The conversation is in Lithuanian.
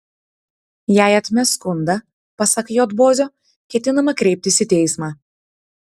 jei atmes skundą pasak j bozio ketinama kreiptis į teismą